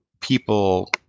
people